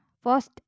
First